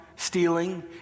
stealing